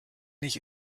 nicht